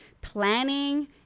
planning